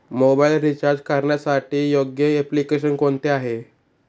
Mobile recharge करण्यासाठी योग्य application कोणते आहे?